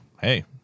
Hey